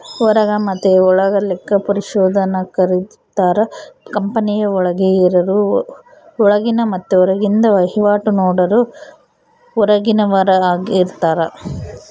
ಹೊರಗ ಮತೆ ಒಳಗ ಲೆಕ್ಕ ಪರಿಶೋಧಕರಿರುತ್ತಾರ, ಕಂಪನಿಯ ಒಳಗೆ ಇರರು ಒಳಗಿನ ಮತ್ತೆ ಹೊರಗಿಂದ ವಹಿವಾಟು ನೋಡರು ಹೊರಗಿನವರಾರ್ಗಿತಾರ